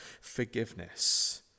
forgiveness